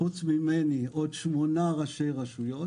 חוץ ממני, עוד שמונה ראשי רשויות